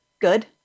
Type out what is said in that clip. good